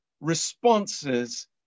responses